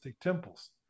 temples